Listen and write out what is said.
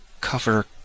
cover